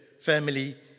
family